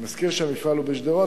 אני מזכיר שהמפעל הוא בשדרות.